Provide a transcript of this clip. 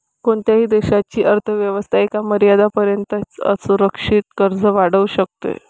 कोणत्याही देशाची अर्थ व्यवस्था एका मर्यादेपर्यंतच असुरक्षित कर्ज वाढवू शकते